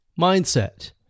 mindset